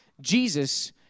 Jesus